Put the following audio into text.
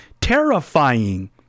terrifying